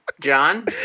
John